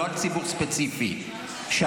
לא על ציבור ספציפי שאתם,